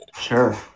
Sure